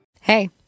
Hey